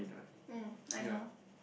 mm I know